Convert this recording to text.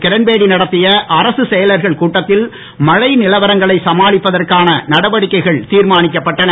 இரண்பேடி நடத்திய அரசுச் செயலர்கள் கூட்டத்தில் மழை நிலவரங்களை சமாளிப்பதற்கான நடவடிக்கைகள் திர்மானிக்கப்பட்டன